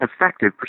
effective